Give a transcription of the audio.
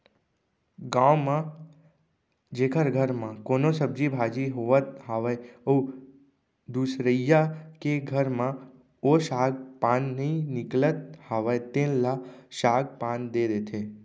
गाँव म जेखर घर म कोनो सब्जी भाजी होवत हावय अउ दुसरइया के घर म ओ साग पान नइ निकलत हावय तेन ल साग पान दे देथे